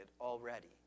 already